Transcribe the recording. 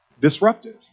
disruptive